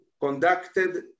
conducted